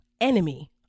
enemy